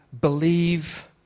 believe